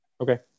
Okay